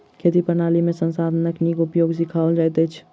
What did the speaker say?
खेती प्रणाली में संसाधनक नीक उपयोग सिखाओल जाइत अछि